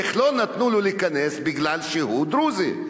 איך לא נתנו לו להיכנס מפני שהוא דרוזי,